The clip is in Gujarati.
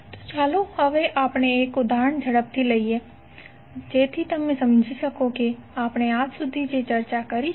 તો ચાલો હવે આપણે એક ઉદહરણ ઝડપથી લઈએ જેથી તમે સમજી શકો જે આપણે આજ સુધી ચર્ચા કરી છે